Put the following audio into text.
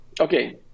Okay